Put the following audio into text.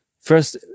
first